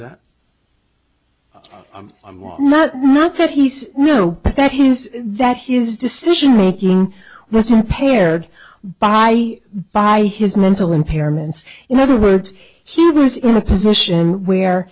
that i'm not not that he's no but that he's that his decision making was impaired by by his mental impairments in other words he was in a position where